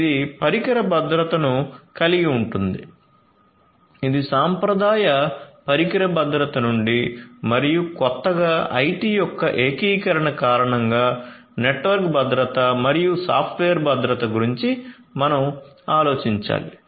ఇది పరికర భద్రతను కలిగి ఉంటుంది ఇది సాంప్రదాయ పరికర భద్రత నుండి మరియు కొత్తగా ఐటి యొక్క ఏకీకరణ కారణంగా నెట్వర్క్ భద్రత మరియు సాఫ్ట్వేర్ భద్రత గురించి మనం ఆలోచించాలి